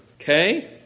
okay